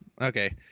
Okay